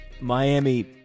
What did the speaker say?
Miami